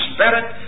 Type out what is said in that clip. Spirit